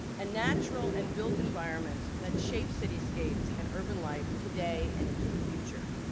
and natural and built environments that shaped cityscapes and urban life today and into the future.